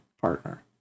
partner